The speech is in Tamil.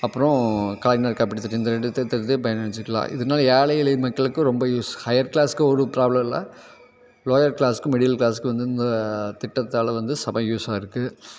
அப்புறம் கலைஞர் காப்பீட்டுத்திட்டம் இந்த ரெண்டு திட்டத்தையும் பயன் அடைஞ்சுக்கிலாம் இதனால ஏழை எளிய மக்களுக்கு ரொம்ப யூஸ் ஹையர் க்ளாஸுக்கு ஒரு ப்ராப்ளம் இல்லை லோயர் க்ளாஸுக்கும் மிடில் க்ளாஸுக்கும் வந்து இந்த திட்டத்தால் வந்து செம யூஸ்ஸாக இருக்குது